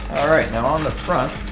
alright now on the front